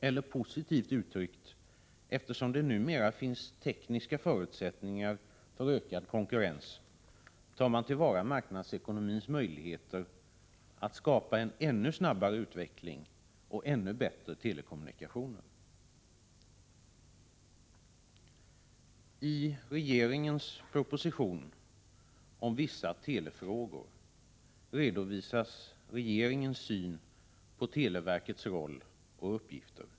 Eller, positivt uttryckt: Eftersom det numera finns tekniska förutsättningar för ökad konkurrens, tar man till vara marknadsekonomins möjligheter att skapa en ännu snabbare utveckling och ännu bättre telekommunikationer. I regeringens proposition om vissa telefrågor redovisas regeringens syn på televerkets roll och uppgifter.